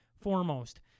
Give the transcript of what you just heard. Foremost